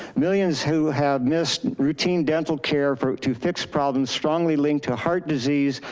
millions who have missed routine dental care for it to fix problems, strongly linked to heart disease,